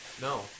No